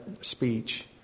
speech